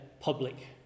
public